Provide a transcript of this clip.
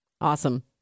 Awesome